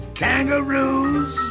kangaroos